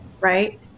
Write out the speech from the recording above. right